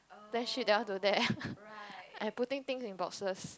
then shift that one to there and putting things in boxes